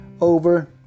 over